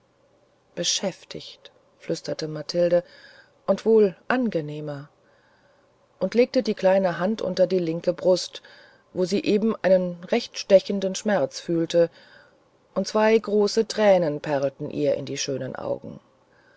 beschäftigt flüsterte mathilde und wohl angenehmer und legte die kleine hand unter die linke brust wo sie eben einen recht stechenden schmerz fühlte und zwei große tränen perlten ihr in den schönen augen